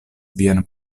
vian